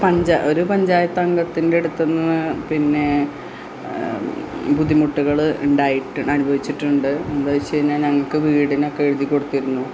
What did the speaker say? പഞ്ചാ ഒരു പഞ്ചയത്തംഗത്തിൻറ്റടുത്തു നിന്നു പിന്നെ ബുദ്ധിമുട്ടുകൾ ഉണ്ടായിട്ട് അനുഭവിച്ചിട്ടുണ്ട് എന്താ വെച്ചു കഴിഞ്ഞാൽ ഞങ്ങൾക്ക് വീടിനൊക്കെ എഴുതി കൊടുത്തിരുന്നു